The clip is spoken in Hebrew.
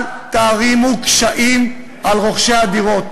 אל תערימו קשיים על רוכשי הדירות,